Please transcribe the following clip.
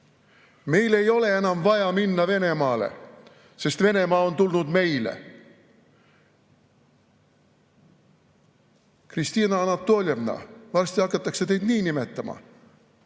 meil ei ole enam vaja minna Venemaale, sest Venemaa on tulnud meile. Kristina Anatoljevna, varsti hakatakse teid nii nimetama